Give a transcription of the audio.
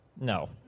No